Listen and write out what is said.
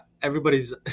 Everybody's